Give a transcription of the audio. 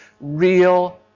real